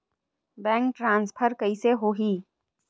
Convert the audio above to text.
Bank transfer कइसे होही?